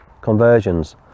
conversions